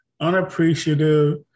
unappreciative